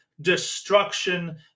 destruction